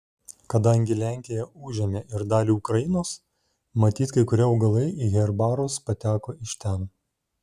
kadangi lenkija užėmė ir dalį ukrainos matyt kai kurie augalai į herbarus pateko iš ten